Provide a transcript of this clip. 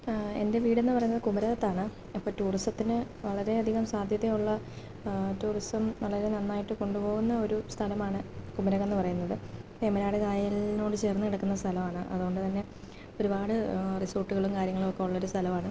എൻ്റെ വീടെന്ന് പറയുന്നത് കുമാരകത്താണ് അപ്പോള് ടൂറിസത്തിന് വളരെയധികം സാധ്യതയുള്ള ടൂറിസം വളരെ നന്നായിട്ട് കൊണ്ട് പോകുന്ന ഒരു സ്ഥലമാണ് കുമരകമെന്ന് പറയുന്നത് വേമ്പനാട് കായലിനോട് ചേർന്ന് കിടക്കുന്ന സ്ഥലമാണ് അതുകൊണ്ട് തന്നെ ഒരു പാട് റിസോർട്ടുകളും കാര്യങ്ങളൊക്കെ ഉള്ളൊരു സ്ഥലമാണ്